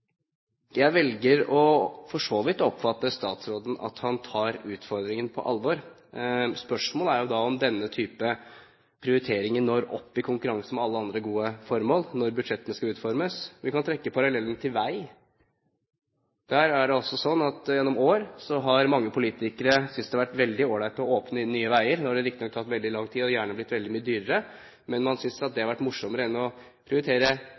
Jeg velger for så vidt å oppfatte statsråden slik at han tar utfordringen på alvor. Spørsmålet er jo da om denne type prioriteringer når opp i konkurranse med alle andre gode formål når budsjettene skal utformes. Vi kan trekke parallellen til vei. Der er det altså slik at gjennom år har mange politikere syntes det har vært veldig all right å åpne nye veier. Nå har det riktignok tatt veldig lang tid og gjerne blitt veldig mye dyrere, men man synes at det har vært morsommere enn å prioritere